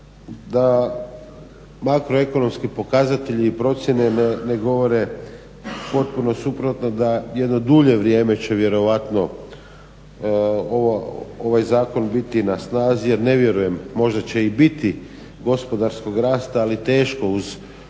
da makroekonomski pokazatelji i procjene ne govore potpuno suprotno da jedno dulje vrijeme će vjerojatno ovaj zakon biti na snazi jer ne vjerujem možda će i biti gospodarskog rasta ali teško uz ovakav